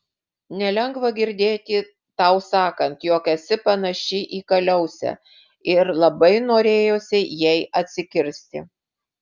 nelengva girdėti tau sakant jog esi panaši į kaliausę ir labai norėjosi jai atsikirsti